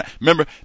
remember